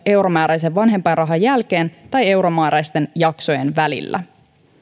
euromääräisen vanhempainrahan jälkeen tai euromääräisten jaksojen välillä